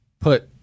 put